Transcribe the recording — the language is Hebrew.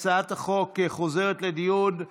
הצעת חוק ההתיישנות (תיקון מס' 8) (תביעה